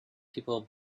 people